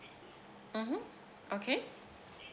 mmhmm okay